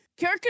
Kirkus